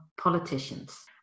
politicians